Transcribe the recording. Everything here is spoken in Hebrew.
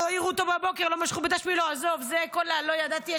זה לא היה על דעתו?